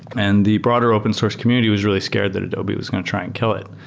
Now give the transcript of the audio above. and the broader open source community was really scared that adobe was going to try and kill it,